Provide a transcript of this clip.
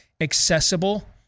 accessible